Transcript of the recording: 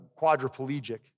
quadriplegic